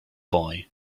boy